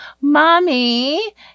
mommy